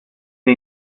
the